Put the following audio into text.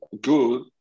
good